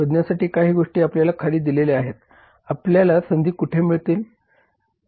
शोधण्यासाठी काही गोष्टी आपल्याला खाली दिलेल्या आहेत आपल्याला संधी कुठे मिळतील